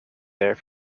there